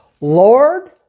Lord